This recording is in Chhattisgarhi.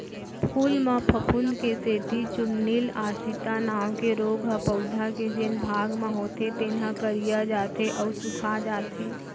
फूल म फफूंद के सेती चूर्निल आसिता नांव के रोग ह पउधा के जेन भाग म होथे तेन ह करिया जाथे अउ सूखाजाथे